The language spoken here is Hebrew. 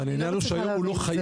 אבל העניין הוא שהיום הוא לא חייב,